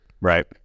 Right